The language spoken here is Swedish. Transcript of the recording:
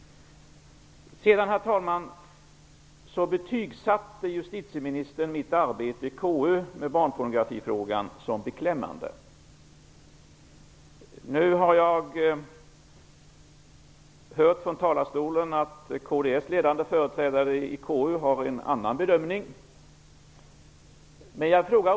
Herr talman! Justitieministern betygsatte mitt arbete i KU med barnpornografifrågan som beklämmande. Jag har hört från talarstolen att kds ledande företrädare i KU gör en annan bedömning.